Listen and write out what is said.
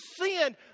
sinned